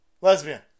Lesbian